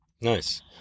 Nice